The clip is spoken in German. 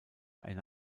eine